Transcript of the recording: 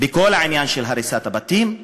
בכל העניין של הריסת הבתים,